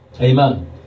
amen